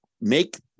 make